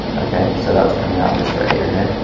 okay, so that's coming out of this radio here